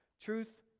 Truth